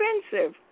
expensive